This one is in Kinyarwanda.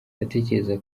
ndatekereza